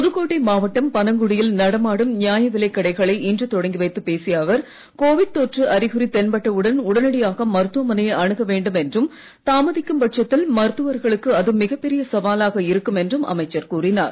புதுக்கோட்டை மாவட்டம் பனங்குடியில் நடமாடும் நியாயா விலைக் கடைகளை இன்று தொடங்கி வைத்து பேசிய அவர் கோவிட் கொற்று அறிகுறி தென்பட்டவுடன் உடனடியாக மருத்துவமனையை அனுக வேண்டும் என்றும் தாமதிக்கும்பட்சத்தில் மருத்துவர்களுக்கு அது மிகப் பெரிய சவாலாக இருக்கும் என்றும் அமைச்சர் கூறினார்